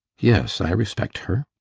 yes, i respect her.